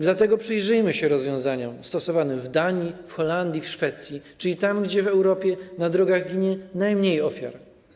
Dlatego przyjrzyjmy się rozwiązaniom stosowanym w Danii, w Holandii, w Szwecji, czyli tam, gdzie w Europie na drogach ginie najmniej ofiar.